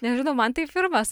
nežinau man tai pirmas